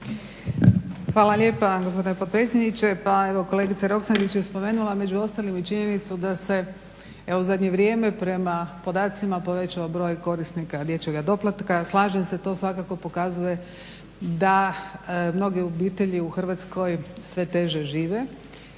Hvala lijepa gospodine potpredsjedniče. Pa evo kolegica Roksandić je spomenula među ostalim i činjenicu da se evo u zadnje vrijeme prema podacima povećao broj korisnika dječjega doplatka. Slažem se to svakako pokazuje da mnoge obitelji u Hrvatskoj sve teže žive.